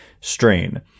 strain